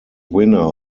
winner